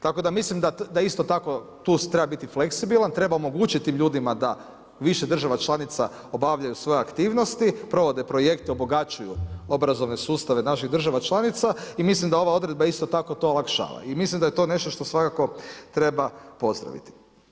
Tako da mislim da isto tako tu treba biti fleksibilan, treba omogućiti tim ljudima da više država članica obavljaju svoje aktivnosti, provode projekte, obogaćuju obrazovne sustave naših država članica i mislim da ova odredba isto tako to olakšava i mislim da je to nešto što svakako treba pozdraviti.